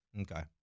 Okay